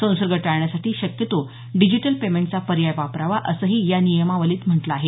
संसर्ग टाळण्यासाठी शक्यतो डिजीटल पेमेंटचा पर्याय वापरावा असंही या नियमावलीत म्हटलं आहे